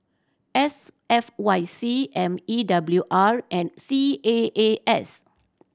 S F Y C M E W R and C A A S